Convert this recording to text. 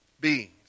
beings